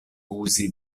uzi